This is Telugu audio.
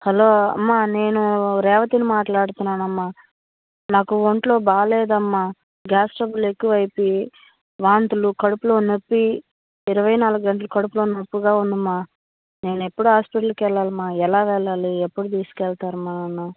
హలో అమ్మ నేను రేవతిని మాట్లాడుతున్నానమ్మ నాకు ఒంట్లో బాగాలేదమ్మా గ్యాస్ ట్రబుల్ ఎక్కువైపోయి వాంతులు కడుపులో నోప్పి ఇరవై నాలుగు కడుపులో నొప్పిగా ఉందమ్మ నేను ఎప్పుడు హాస్పిటల్కి వెళ్ళాలమ్మా ఎలా వెళ్ళాలి ఎప్పుడు తీసుకెళ్తారామ్మా నన్ను